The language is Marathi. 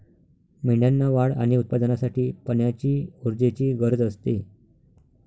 मेंढ्यांना वाढ आणि उत्पादनासाठी पाण्याची ऊर्जेची गरज असते